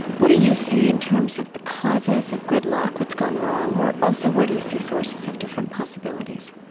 what do you see in terms of the causes of gridlock, what's gone wrong or also where do you see sources of different possibilities?